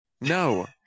No